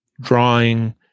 drawing